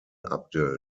abdel